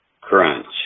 crunch